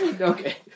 Okay